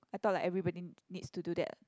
I thought like everybody needs to do that